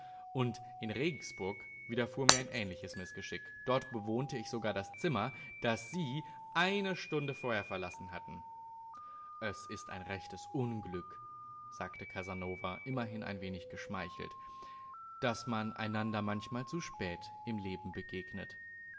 und in regensburg widerfuhr mir ein ähnliches mißgeschick dort bewohnte ich sogar das zimmer das sie eine stunde vorher verlassen hatten es ist ein rechtes unglück sagte casanova immerhin ein wenig geschmeichelt daß man einander manchmal zu spät im leben begegnet